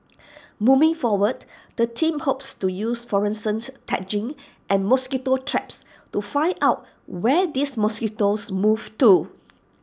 moving forward the team hopes to use fluorescent tagging and mosquito traps to find out where these mosquitoes move to